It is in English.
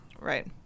Right